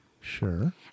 Sure